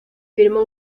firmó